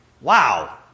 Wow